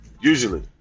Usually